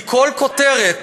כי כל כותרת,